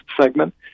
segment